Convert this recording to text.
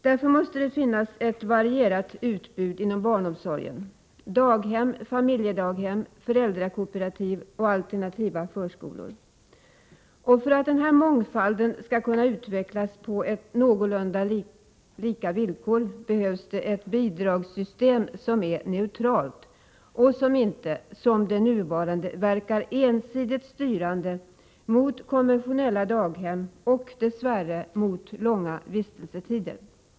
Därför måste det finnas ett varierat utbud inom barnomsorgen — daghem, familjedaghem, föräldrakooperativ och alternativa förskolor. För att denna mångfald skall kunna utvecklas på någorlunda lika villkor behövs ett bidragssystem som är neutralt och som inte, som det nuvarande, verkar ensidigt styrande mot konventionella daghem och dess värre mot långa vistelsetider.